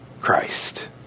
Christ